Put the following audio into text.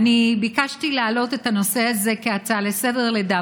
ביקשתי להעלות את הנושא הזה כהצעה לסדר-היום,